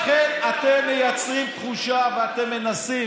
לכן אתם מייצרים תחושה, ואתם מנסים